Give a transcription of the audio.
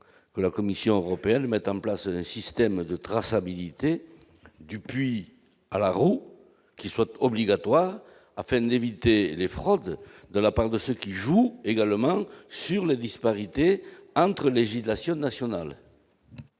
que la Commission européenne mette en place un système de traçabilité du puits à la roue obligatoire, afin d'éviter les fraudes de la part de ceux qui jouent sur la disparité entre les législations nationales.